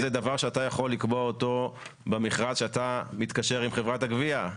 זה דבר שאתה יכול לקבוע אותו במכרז שבו אתה מתקשר עם חברת הגבייה.